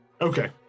okay